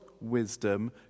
wisdom